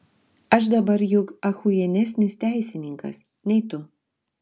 aš dabar juk achujienesnis teisininkas nei tu